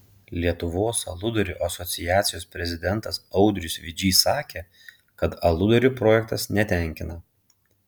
lietuvos aludarių asociacijos prezidentas audrius vidžys sakė kad aludarių projektas netenkina